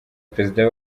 perezida